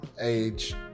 age